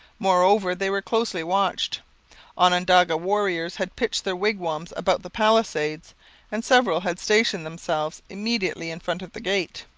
moreover, they were closely watched onondaga warriors had pitched their wigwams about the palisades and several had stationed themselves immediately in front of the gate.